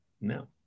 no